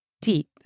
deep